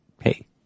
hey